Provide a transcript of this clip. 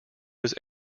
was